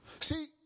See